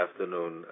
afternoon